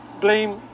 blame